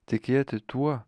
tikėti tuo